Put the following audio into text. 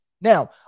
Now